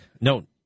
No